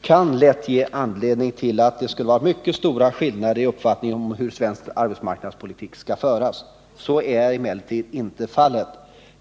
kan lätt få någon att tro att det skulle finnas mycket stora skillnader i uppfattningarna om hur svensk arbetsmarknadspolitik skall föras. Så är emellertid inte fallet.